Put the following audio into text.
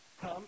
Come